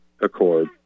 Accord